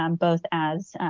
um both as,